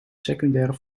secundaire